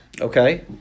Okay